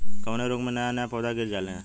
कवने रोग में नया नया पौधा गिर जयेला?